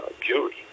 jury